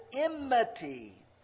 enmity